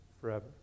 forever